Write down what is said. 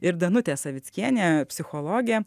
ir danutė savickienė psichologė